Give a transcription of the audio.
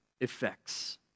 effects